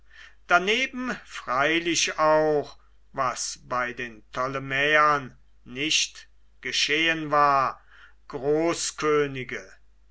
daneben freilich auch was bei den ptolemäern nicht geschehen war